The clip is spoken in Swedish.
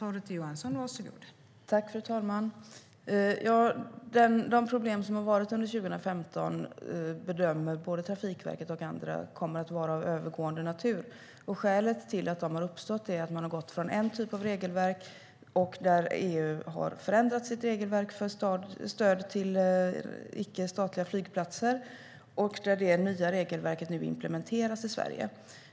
Fru talman! Både Trafikverket och andra bedömer att de problem som har varit under 2015 är av övergående natur. Skälet till att de har uppstått är att man har gått från en typ av regelverk till ett annat. EU har förändrat sitt regelverk för stöd till icke-statliga flygplatser, och det nya regelverket implementeras nu i Sverige.